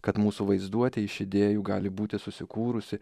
kad mūsų vaizduotė iš idėjų gali būti susikūrusi